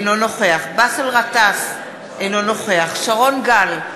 אינו נוכח באסל גטאס, אינו נוכח שרון גל,